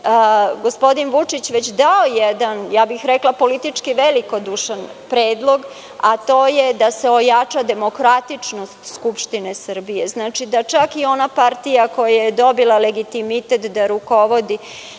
gospodin Vučić već dao jedan politički predlog, a to je da se ojača demokratičnost Skupštine Srbije, da čak i ona partija koja je dobila legitimitet, da rukovodi